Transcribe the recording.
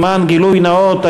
למען גילוי נאות,